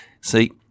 See